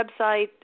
website